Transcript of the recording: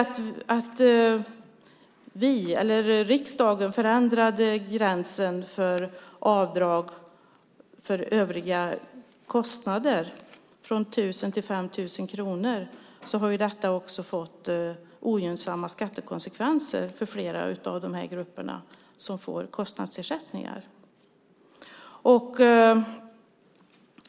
Det faktum att riksdagen förändrade gränsen för avdrag för övriga kostnader från 1 000 till 5 000 kronor har fått ogynnsamma skattekonsekvenser för flera av de grupper som får kostnadsersättningar.